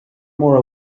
more